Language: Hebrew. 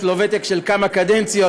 יש לו ותק של כמה קדנציות,